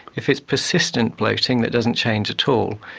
if it's persistent bloating that doesn't change at all,